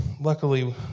luckily